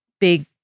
big